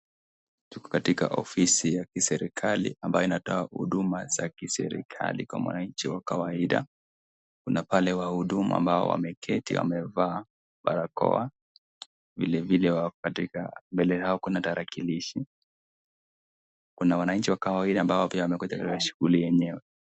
Tuko katika ofisi ya kiserikali ambayo inatoa huduma za kiserikali kwa mwananchi wa kawaida, kuna pale waudumu ambao wameketi ambao wamevaa barakoa vilevile wako katika mbele yao kuna tarakilishi kuna wanachi wa kawaida ambao pia wamekuja katika shuguli yenyewe.